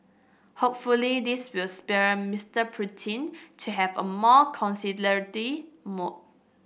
hopefully this will spur Mister Putin to have a more conciliatory mood